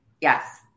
Yes